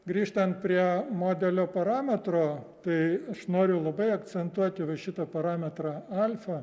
grįžtant prie modelio parametrų tai aš noriu labai akcentuoti va šitą parametrą alfa